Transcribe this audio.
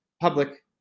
public